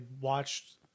watched